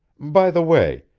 by the way,